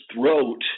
throat